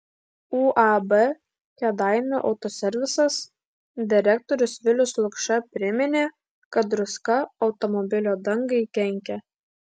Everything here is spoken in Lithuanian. uab kėdainių autoservisas direktorius vilius lukša priminė kad druska automobilio dangai kenkia